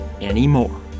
anymore